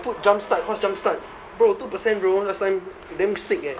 put jump start cause jump start bro two percent bro last time damn sick eh